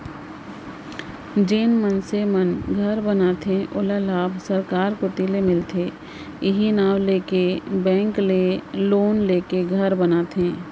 जेन मनसे मन घर बनाथे ओला लाभ सरकार कोती ले मिलथे इहीं नांव लेके बेंक ले लोन लेके घर बनाथे